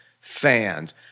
fans